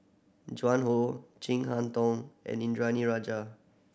Joan Hon Chin Harn Tong and Indranee Rajah